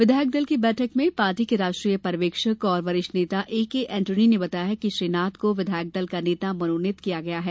विधायक दल की बैठक में पार्टी के राष्ट्रीय पर्यवेक्षक और वरिष्ठ नेता एकेएन्टोनी ने बताया कि श्री नाथ को विधायक दल का नेता मनोनीत किया गया है